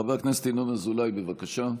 חבר הכנסת ינון אזולאי, בבקשה.